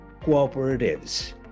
cooperatives